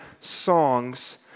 songs